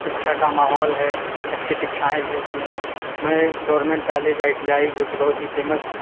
शिक्षा का माहौल है अच्छी शिक्षाएं भी होती हैं मैं government college I T I जोकि बहुत ही फेमस